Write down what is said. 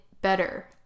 better